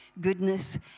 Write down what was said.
goodness